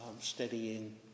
steadying